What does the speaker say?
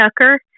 Tucker